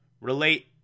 relate